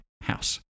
house